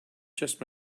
just